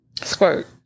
squirt